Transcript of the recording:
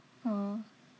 oh